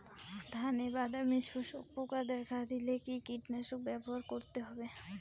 ধানে বাদামি শোষক পোকা দেখা দিলে কি কীটনাশক ব্যবহার করতে হবে?